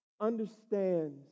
understands